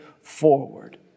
forward